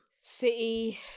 City